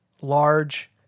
large